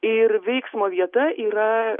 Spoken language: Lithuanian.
ir veiksmo vieta yra